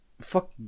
fuck